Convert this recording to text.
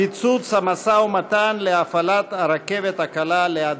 פיצוץ המשא ומתן להפעלת הרכבת הקלה להדסה.